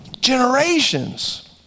generations